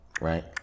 Right